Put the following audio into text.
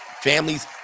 Families